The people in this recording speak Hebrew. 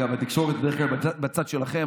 אגב, התקשורת בדרך כלל בצד שלכם.